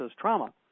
trauma